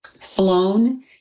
flown